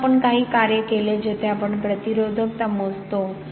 म्हणून आपण काही कार्य केले जेथे आपण प्रतिरोधकता मोजतो